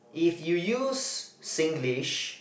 if you use Singlish